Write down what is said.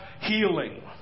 healing